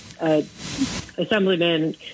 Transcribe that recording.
Assemblyman